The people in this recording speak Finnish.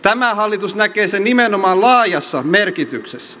tämä hallitus näkee sen nimenomaan laajassa merkityksessä